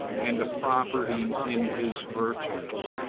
and a property in his virtues.